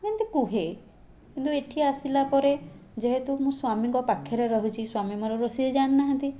ମୁଁ ଏମିତି କୁହେ କିନ୍ତୁ ଏଠି ଆସିଲା ପରେ ଯେହେତୁ ମୁଁ ସ୍ୱାମୀଙ୍କ ପାଖରେ ରହୁଛି ସ୍ୱାମୀ ମୋର ରୋଷେଇ ଜାଣିନାହାଁନ୍ତି